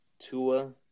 Tua